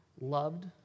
Loved